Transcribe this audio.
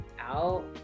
out